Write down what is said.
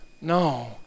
No